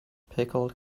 pickled